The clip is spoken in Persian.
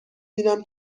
بینم